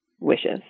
wishes